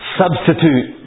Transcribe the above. substitute